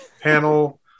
panel